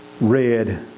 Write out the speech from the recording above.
read